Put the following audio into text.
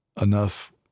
enough